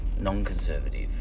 non-conservative